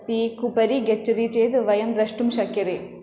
peak उपरि गच्छति चेद् वयं द्रष्टुं शक्यते